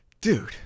dude